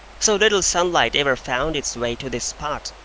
so little sunlight ever found its way to this spot,